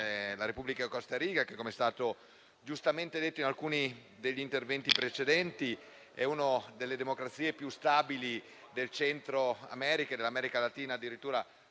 la Repubblica del Costa Rica, che, com'è stato giustamente detto in alcuni degli interventi precedenti, è una delle democrazie più stabili del Centro America e addirittura